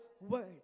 words